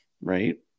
right